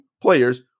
players